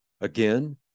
Again